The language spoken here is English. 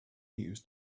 news